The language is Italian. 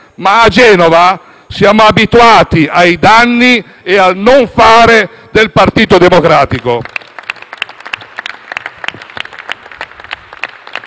ma a Genova, però, siamo abituati ai danni e al non fare del Partito Democratico.